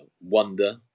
Wonder